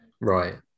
Right